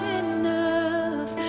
enough